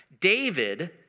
David